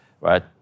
right